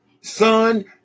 son